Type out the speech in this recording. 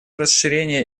расширение